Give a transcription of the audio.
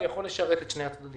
זה יכול לשרת את שני הצדדים.